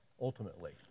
ultimately